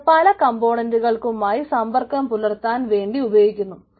അത് പല കംപോണന്റുകളുമായി സമ്പർക്കം പുലർത്താൻ വേണ്ടി ഉപയോഗിക്കുന്നു